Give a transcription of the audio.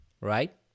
right